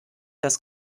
das